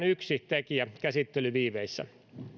yksi tekijä käsittelyviiveissä